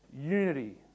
unity